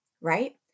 Right